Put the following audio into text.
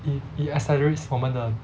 it it accelerates 我们的